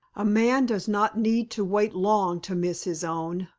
a man does not need to wait long to miss his own,